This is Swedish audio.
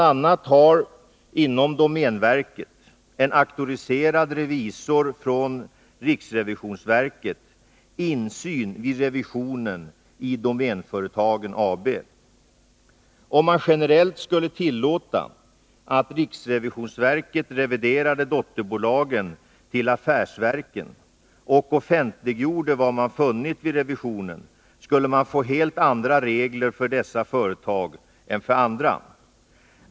a. har inom domänverket en auktoriserad revisor från riksrevisionsverket insyn vid revisionen i Domänföretagen AB. Om man generellt skulle tillåta att riksrevisionsverket reviderade affärsverkens dotterbolag och offentliggjorde vad man funnit vid revisionen, skulle man få helt andra regler för dessa företag än för andra.